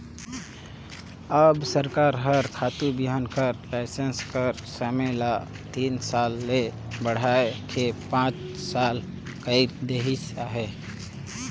अब सरकार हर खातू बीहन कर लाइसेंस कर समे ल तीन साल ले बढ़ाए के पाँच साल कइर देहिस अहे